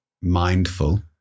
mindful